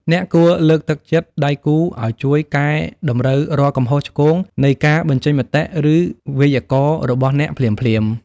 អ្នកគួរលើកទឹកចិត្តដៃគូឱ្យជួយកែតម្រូវរាល់កំហុសឆ្គងនៃការបញ្ចេញសម្លេង ឬវេយ្យាករណ៍របស់អ្នកភ្លាមៗ។